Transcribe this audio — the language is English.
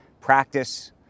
practice